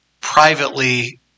privately